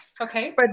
Okay